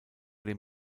dem